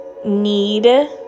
need